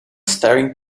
staring